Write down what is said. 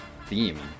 theme